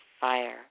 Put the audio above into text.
fire